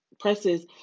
Presses